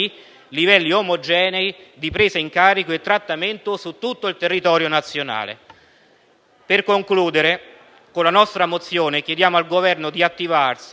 livelli omogenei di presa in carico e trattamento su tutto il territorio nazionale. In conclusione, con la nostra mozione chiediamo al Governo: di attivarsi